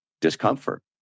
discomfort